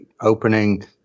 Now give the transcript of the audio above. opening